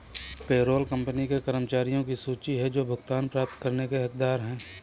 payroll company के कर्मचारियों की सूची है जो भुगतान प्राप्त करने के हकदार हैं